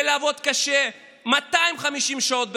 ולעבוד קשה, 250 שעות בחודש.